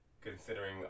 considering